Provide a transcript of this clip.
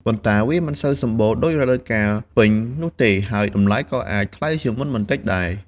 ប៉ុន្តែវាមិនសូវសម្បូរដូចរដូវកាលពេញនោះទេ ហើយតម្លៃក៏អាចថ្លៃជាងមុនបន្តិចដែរ។